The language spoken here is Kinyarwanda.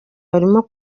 barimo